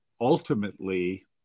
Ultimately